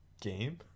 game